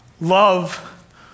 love